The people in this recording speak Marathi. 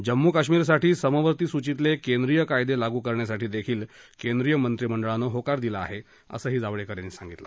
जम्मू कश्मीरसाठी समवर्तीसूचीतले केंद्रीय कायदे लागू करण्यासाठी देखील केंद्रीय मंत्रीमंडळानं होकार दिला आहे असंही जावडेकर यांनी सांगितलं